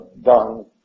done